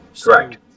Correct